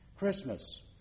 Christmas